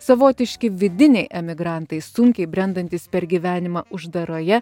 savotiški vidiniai emigrantai sunkiai brendantys per gyvenimą uždaroje